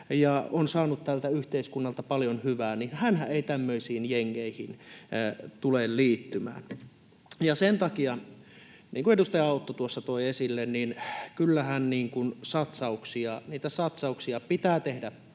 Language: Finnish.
ja on saanut tältä yhteiskunnalta paljon hyvää, ei tämmöisiin jengeihin tule liittymään. Sen takia, niin kuin edustaja Autto tuossa toi esille, kyllähän niitä satsauksia pitää tehdä